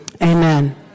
amen